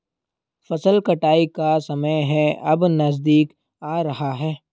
फसल कटाई का समय है अब नजदीक आ रहा है